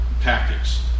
tactics